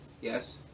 Yes